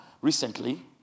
recently